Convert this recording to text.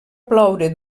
ploure